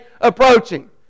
approaching